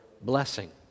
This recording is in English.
blessing